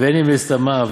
והני מילי בסתמא,